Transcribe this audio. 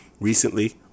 recently